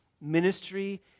ministry